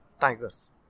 tigers